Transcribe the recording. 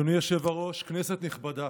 אדוני היושב-ראש, כנסת נכבדה,